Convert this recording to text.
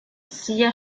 sia